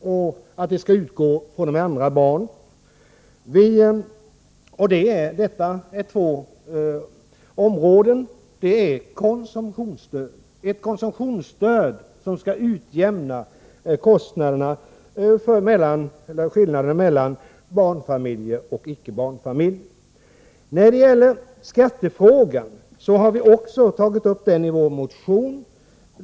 som skall utgå fr.o.m. andra barnet. Detta är ett konsumtionsstöd som skall utjämna de ekonomiska skillnaderna mellan barnfamiljer och icke barnfamiljer. Skattefrågan har vi också tagit upp i vår motion.